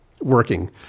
working